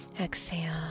exhale